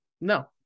No